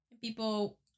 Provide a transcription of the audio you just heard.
People